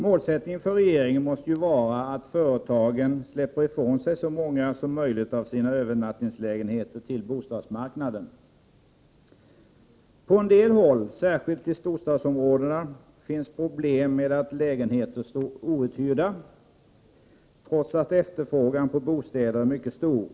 Målsättningen för regeringen måste ju vara att företagen släpper ifrån sig så många som möjligt av sina övernattningslägenheter till bostadsmarknaden. På en del håll, särskilt i storstadsområdena, finns problem med att lägenheter står outhyrda, trots att efterfrågan på bostäder är mycket stor.